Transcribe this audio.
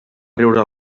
riure